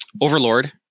Overlord